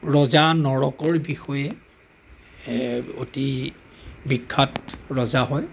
ৰজা নৰকৰ বিষয়ে অতি বিখ্যাত ৰজা হয়